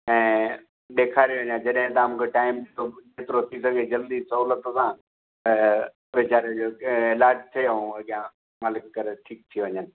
ऐं ॾेखारे वञा जॾहिं तव्हां मूंखे टाइम ॾियो जेतिरो थी सघे जल्दी सोहलत सां त वेचारे जो ऐ इलाज थिए ऐं अहियां मालिक करे ठीकु थी वञनि